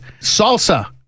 Salsa